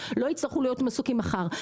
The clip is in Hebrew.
לא יהיו מועסקים מחר.